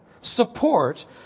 support